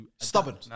stubborn